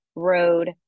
road